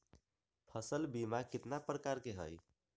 फसल बीमा कतना प्रकार के हई?